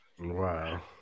Wow